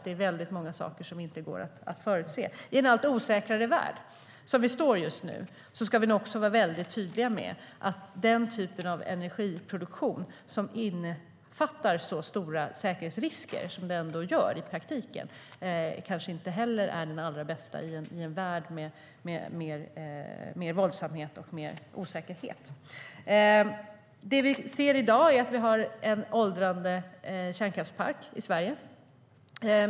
Det är väldigt många saker som inte går att förutse. Det vi ser i dag är att vi har en åldrande kärnkraftpark i Sverige.